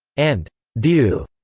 and du.